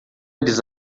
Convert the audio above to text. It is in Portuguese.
eles